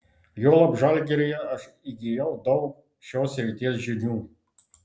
juolab žalgiryje aš įgijau daug šios srities žinių